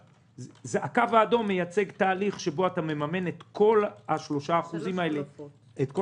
הקו האדום מייצג תהליך שבו אתה מממן את כל 3% בחוב.